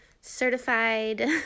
certified